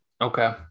Okay